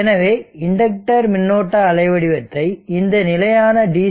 எனவே இண்டக்டர் மின்னோட்ட அலைவடிவத்தை இந்த நிலையான DC